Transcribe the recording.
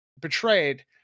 Betrayed